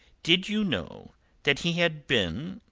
did you know that he had been,